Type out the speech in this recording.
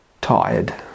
tired